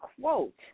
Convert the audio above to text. quote